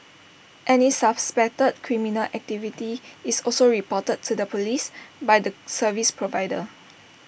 any suspected criminal activity is also reported to the Police by the service provider